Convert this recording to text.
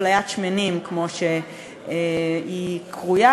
אפליית שמנים כמו שהיא קרויה,